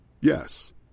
Yes